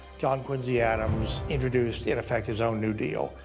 john quincy adams introduced, in effect, his own new deal,